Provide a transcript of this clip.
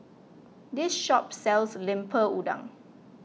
this shop sells Lemper Udang